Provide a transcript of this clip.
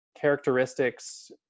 characteristics